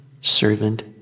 servant